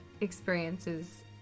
experiences